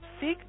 seek